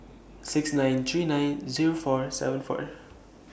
six nine three nine Zero four seven four